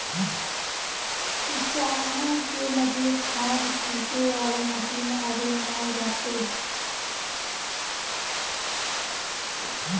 किसानन के लगे खाद छिंटे वाला मशीन अबे नाइ बाटे